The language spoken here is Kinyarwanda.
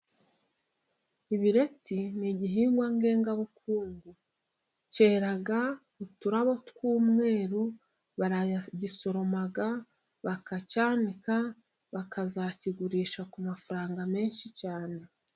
Ibireti ni igihingwa ngengabukungu cyera uturabo tw'umweru, baragisoroma bakacyanika, bakazakigurisha ku mafaranga menshi cyane.